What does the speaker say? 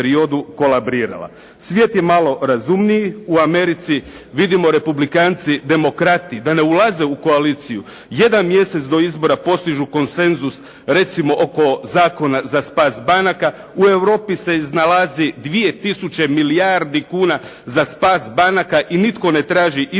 Svijet je malo razumniji, u Americi vidimo republikanci, demokrati da ne ulaze u koaliciju. Jedan mjesec do izbora postižu konsenzus recimo oko Zakona za spas banaka. U Europi se iznalazi 2 tisuće milijardi kuna za spas banaka i nitko ne traži izbore